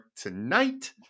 tonight